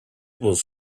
was